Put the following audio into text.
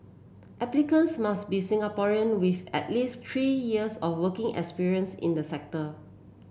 applicants must be Singaporean with at least three years of working experience in the sector